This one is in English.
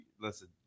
listen